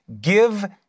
Give